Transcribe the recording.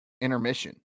intermission